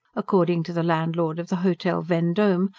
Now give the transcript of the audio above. according to the landlord of the hotel vendome,